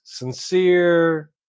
sincere